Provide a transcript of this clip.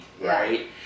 Right